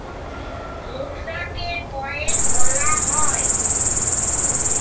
মুদ্রাকে coin বলা হয়